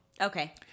Okay